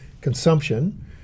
consumption